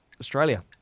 Australia